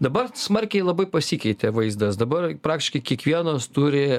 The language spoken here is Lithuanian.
dabar smarkiai labai pasikeitė vaizdas dabar praktiškai kiekvienas turi